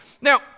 Now